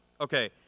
Okay